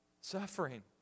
suffering